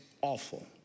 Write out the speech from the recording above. awful